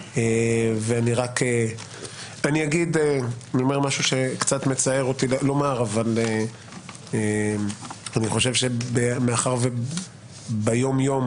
אני אומר משהו שקצת מצער אותי לומר אבל אני חושב שמאחר שביום-יום